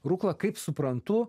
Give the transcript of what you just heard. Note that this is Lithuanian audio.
rukla kaip suprantu